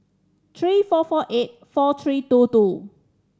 three four four eight four three two two